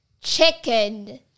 chicken